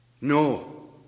No